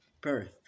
birth